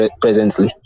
presently